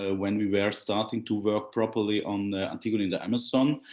ah when we were starting to work properly on the antigone in the amazon.